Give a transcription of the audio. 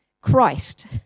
Christ